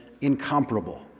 incomparable